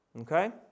Okay